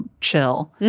Chill